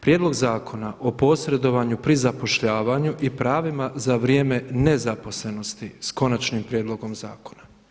Prijedlog zakona o posredovanju pri zapošljavanju i pravima za vrijeme nezaposlenosti, s Konačnim prijedlogom zakona.